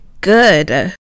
good